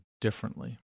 differently